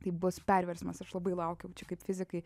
tai bus perversmas aš labai laukiu čia kaip fizikai